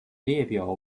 列表